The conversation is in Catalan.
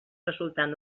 resultant